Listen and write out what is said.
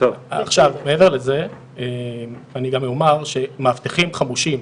מעבר לזה אני גם אומר שמאבטחים חמושים,